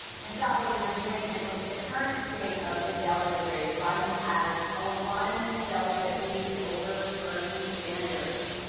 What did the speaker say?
and stop what you're doing a and look at the current state of the delegate race, biden has ah one delegate lead over bernie sanders.